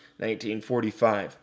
1945